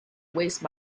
waste